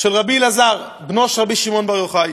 של רבי אלעזר, בנו של רבי שמעון בר יוחאי.